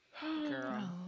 Girl